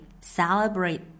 celebrate